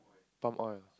palm oil